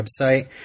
website